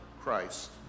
Christ